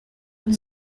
und